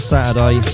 Saturday